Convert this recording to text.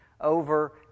over